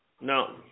No